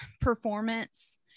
performance